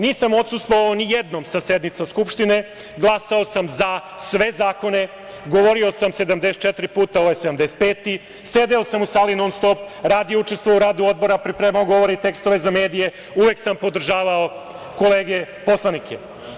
Nisam odsustvovao nijednom sa sednice Skupštine, glasao sam za sve zakone, govorio sam 74 puta, ovo je 75, sedeo sam u sali non stop, radio u i učestvovao u radu odbora, pripremao govore i tekstove za medije, uvek sam podržavao kolege poslanike.